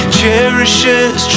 cherishes